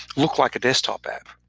look like a desktop app,